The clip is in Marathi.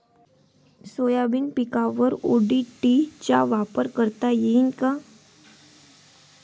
सोयाबीन पिकावर ओ.डी.टी चा वापर करता येईन का?